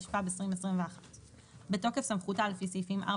התשפ"ב 2021 בתוקף סמכותה לפי סעיפים 4,